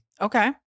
okay